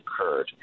occurred